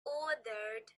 ordered